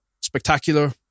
spectacular